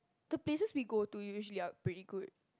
the places we go to usually are pretty good